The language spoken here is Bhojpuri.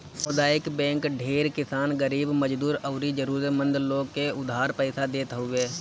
सामुदायिक बैंक ढेर किसान, गरीब मजदूर अउरी जरुरत मंद लोग के उधार पईसा देत हवे